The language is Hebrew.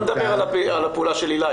אני לא מדבר על הפעולה של הילה.